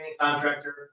contractor